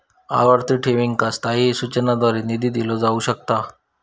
आवर्ती ठेवींका स्थायी सूचनांद्वारे निधी दिलो जाऊ शकता